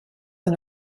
and